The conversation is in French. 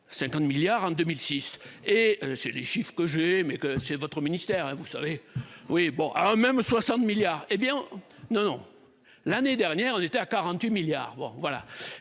50 milliards en 2006 et c'est les chiffres que j'aime et que c'est votre ministère vous savez. Oui bon alors même 60 milliards. Eh bien non, non l'année dernière on était à 48 milliards. Bon voilà,